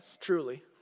truly